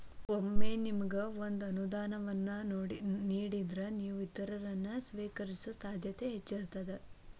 ಒಮ್ಮೆ ನಿಮಗ ಒಂದ ಅನುದಾನವನ್ನ ನೇಡಿದ್ರ, ನೇವು ಇತರರನ್ನ, ಸ್ವೇಕರಿಸೊ ಸಾಧ್ಯತೆ ಹೆಚ್ಚಿರ್ತದ